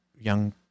Young